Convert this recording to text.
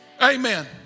Amen